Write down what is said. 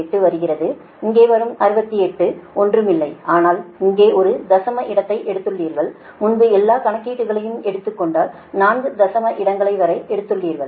8 வருகிறது இங்கே வரும் 68 ஒன்றுமில்லை ஆனால் இங்கு ஒரு தசம இடத்தை எடுத்துள்ளீர்கள் முன்பு எல்லா கணக்கீடுகளையும் எடுத்துக் கொண்டால் 4 தசம இடங்கள் வரை எடுத்துள்ளீர்கள்